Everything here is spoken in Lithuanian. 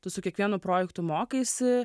tu su kiekvienu projektu mokaisi